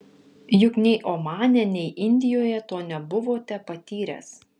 juk nei omane nei indijoje to nebuvote patyręs